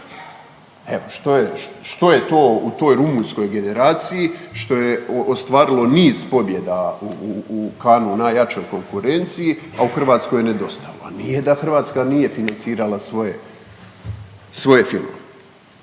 što je to u toj rumunjskoj generaciji što je ostvarilo niz pobjeda u Cannesu u najjačoj konkurenciji, a u Hrvatskoj je nedostajalo, a nije da Hrvatska nije financirala svoje,